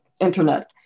internet